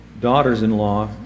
daughters-in-law